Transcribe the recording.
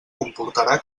comportarà